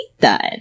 done